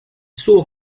suo